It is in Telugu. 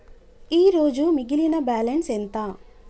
ఈరోజు మిగిలిన బ్యాలెన్స్ ఎంత?